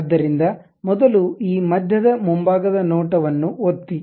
ಆದ್ದರಿಂದ ಮೊದಲು ಈ ಮಧ್ಯದ ಮುಂಭಾಗದ ನೋಟ ವನ್ನು ಒತ್ತಿ